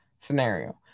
scenario